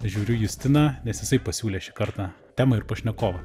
žiūriu į justiną nes jisai pasiūlė šį kartą temą ir pašnekovą